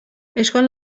اشکال